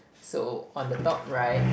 so on the top right